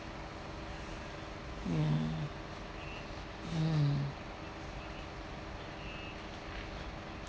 mm mm